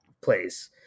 place